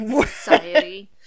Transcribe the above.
society